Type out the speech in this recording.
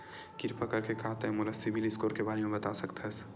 किरपा करके का तै मोला सीबिल स्कोर के बारे माँ बता सकथस?